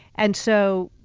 and so,